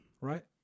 right